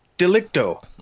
Delicto